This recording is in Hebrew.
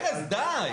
ארז, די.